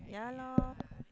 yeah lor